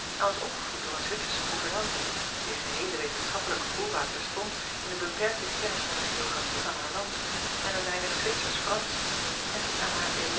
en was opgevoed door een witsersche goevernante wier geheele wetenschappelijke voorraad bestond in een beperkte kennis van de geografie van haar land en een weinig witsersch ransch en die